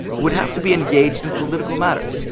would have to be engaged in political matters.